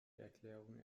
erklärung